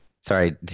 sorry